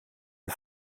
het